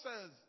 says